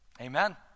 Amen